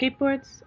skateboards